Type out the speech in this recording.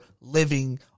living